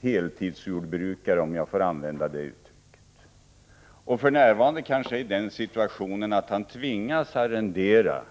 heltidsjordbrukare — om jag får använda det uttrycket — och som för närvarande befinner sig i den situationen att han tvingas arrendera, på = Prot.